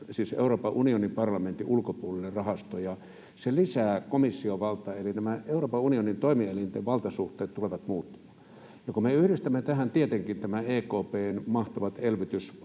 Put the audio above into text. siis Euroopan unionin parlamentin ulkopuolinen rahasto, lisäävät komission valtaa, eli nämä Euroopan unionin toimielinten valtasuhteet tulevat muuttumaan. Ja kun me yhdistämme tähän tietenkin tämän EKP:n mahtavat elvytyspakettivarat,